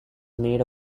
made